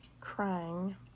crying